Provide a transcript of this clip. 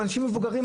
ואנשים מבוגרים.